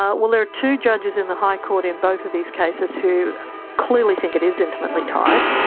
ah well, there are two judges in the high court in both of these cases who clearly think it is intimately tied.